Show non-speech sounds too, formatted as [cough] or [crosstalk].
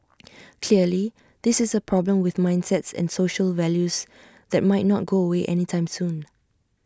[noise] clearly this is A problem with mindsets and social values that might not go away anytime soon